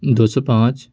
دو سو پانچ